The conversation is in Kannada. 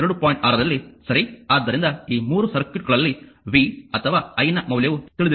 6 ರಲ್ಲಿ ಸರಿ ಆದ್ದರಿಂದ ಈ 3 ಸರ್ಕ್ಯೂಟ್ಗಳಲ್ಲಿ v ಅಥವಾ i ನ ಮೌಲ್ಯವು ತಿಳಿದಿಲ್ಲ